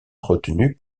retenu